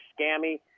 scammy